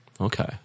Okay